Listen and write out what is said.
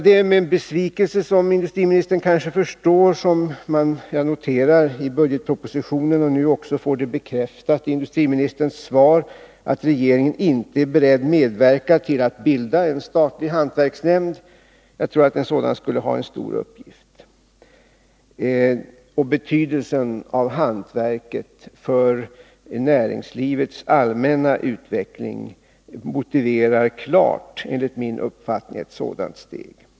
Det är med besvikelse — som industriministern kanske förstår — som jag noterar i budgetpropositionen och nu också får bekräftat i industriministerns svar, att regeringen inte är beredd att medverka till att bilda en statlig hantverksnämnd. Jag tror att en sådan skulle ha en stor uppgift. Betydelsen av hantverket för näringslivets allmänna utveckling motiverar klart enligt min uppfattning ett sådant steg.